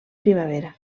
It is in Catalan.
primavera